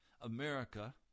America